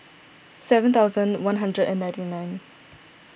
seven thousand one hundred and ninety nine